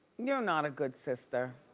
you know not a good sister.